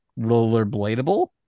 rollerbladable